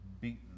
beaten